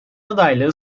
adaylığı